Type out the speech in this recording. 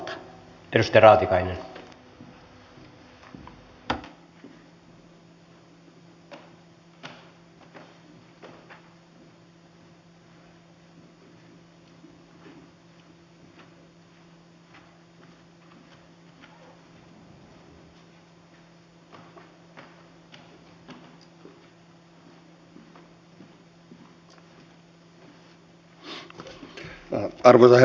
arvoisa herra puhemies